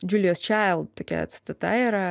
džiulijos čaild tokia citata yra